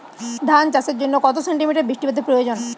ধান চাষের জন্য কত সেন্টিমিটার বৃষ্টিপাতের প্রয়োজন?